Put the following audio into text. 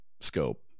scope